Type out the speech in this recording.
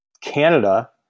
Canada